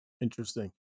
interesting